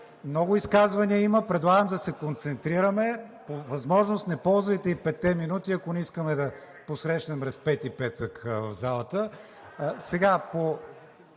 много изказвания има. Предлагам Ви да се концентрираме. По възможност не ползвайте и петте минути, ако не искаме да посрещнем Разпети петък в залата.